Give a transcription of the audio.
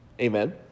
amen